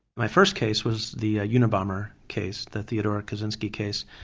my first case was the ah unabomber case, the theodore kaczynski case,